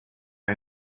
and